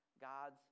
God's